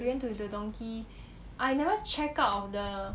we went to the donki I never check out of the